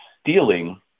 stealing